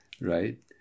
right